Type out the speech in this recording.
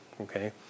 okay